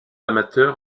amateur